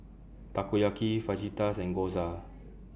Takoyaki Fajitas and Gyoza